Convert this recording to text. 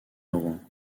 rouen